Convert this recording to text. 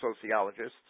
sociologists